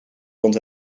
rond